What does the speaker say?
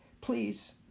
Please